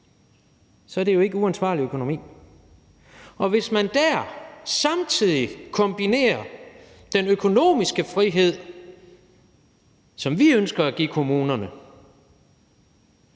ikke udtryk for uansvarlig økonomi. Hvis man der samtidig kombinerer den økonomiske frihed, som vi ønsker at give kommunerne,